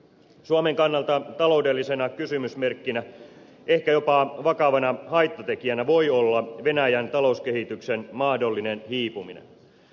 suomen kannalta taloudellisena kysymysmerkkinä ehkä jopa vakavana haittatekijänä voi olla venäjän talouskehityksen mahdollinen hiipuminen